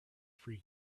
free